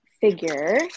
figure